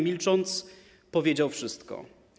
Milcząc, powiedział wszystko.